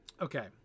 Okay